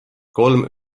kolm